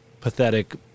pathetic